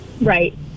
Right